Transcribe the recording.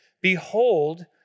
behold